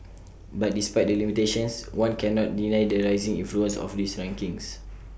but despite the limitations one cannot deny the rising influence of these rankings